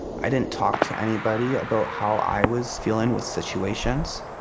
i didn't talk to anybody about how i was feeling with situations.